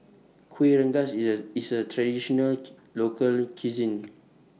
Kuih Rengas easier IS A Traditional Local Cuisine